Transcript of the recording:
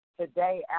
Today